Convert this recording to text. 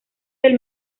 del